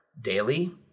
daily